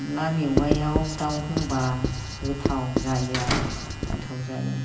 अनला मेवाइयाव दाउ होबा गोथाव जायो आरो गोथाव जायो